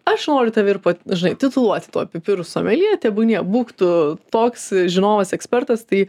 aš noriu tave ir pa žinai tituluoti tuo pipirų someljė tebūnie būk tu toks žinovas ekspertas tai